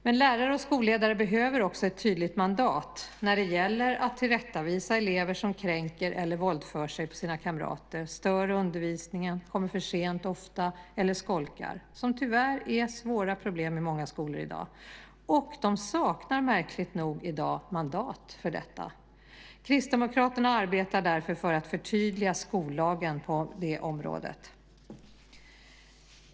Men lärare och skolledare behöver också ett tydligt mandat när det gäller att tillrättavisa elever som kränker eller våldför sig på sina kamrater, stör undervisningen, kommer för sent ofta eller skolkar, något som tyvärr är svåra problem i många skolor i dag. De saknar, märkligt nog, i dag mandat för detta. Kristdemokraterna arbetar därför för att förtydliga skollagen på det området.